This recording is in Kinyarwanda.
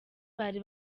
bari